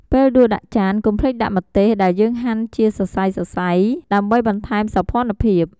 ពេលដួសដាក់ចាន កុំភ្លេចដាក់ម្ទេសដែលយើងហាន់ជាសរសៃៗ ដើម្បីបន្ថែមសោភ័ណភាព។